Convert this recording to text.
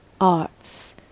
arts